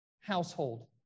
household